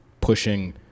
pushing